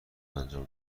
انجام